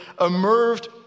emerged